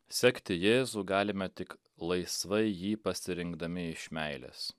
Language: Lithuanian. sekti jėzų galime tik laisvai jį pasirinkdami iš meilės